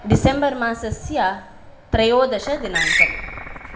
December मासस्य त्रयोदशदिनाङ्कम्